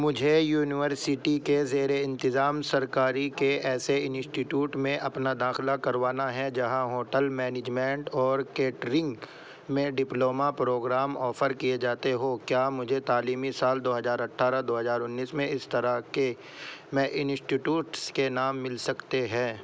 مجھے یونیورسٹی کے زیر انتظام سرکاری کے ایسے انسٹیٹیوٹ میں اپنا داخلہ کروانا ہے جہاں ہوٹل مینجمنٹ اور کیٹرنگ میں ڈپلومہ پروگرام آفر کیے جاتے ہو کیا مجھے تعلیمی سال دو ہزار اٹھارہ دو ہزار انیس میں اس طرح کے میں انسٹیٹیوٹس کے نام مل سکتے ہیں